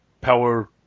power